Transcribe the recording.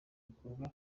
bikorwa